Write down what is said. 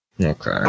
Okay